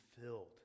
filled